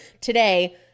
today